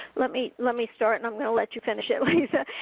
let me let me start and i'm going to let you finish it lisa.